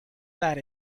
that